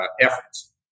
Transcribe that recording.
efforts